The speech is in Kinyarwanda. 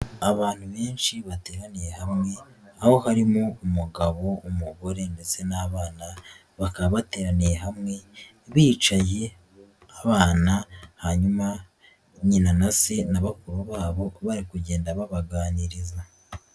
Abantu benshi bateraniye hamwe aho harimo umugabo, umugore ndetse n'abana, bakaba bateraniye hamwe bicaye abana hanyuma nyina na se na bakuru babo bari kugenda babaganiriza.